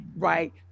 Right